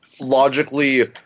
logically